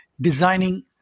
designing